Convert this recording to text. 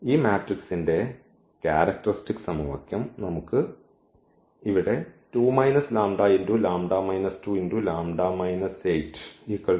ഈ മാട്രിക്സിന്റെ ഈ ക്യാരക്ടറിസ്റ്റിക് സമവാക്യം നമുക്ക് ഇവിടെ ആയി ഉണ്ട്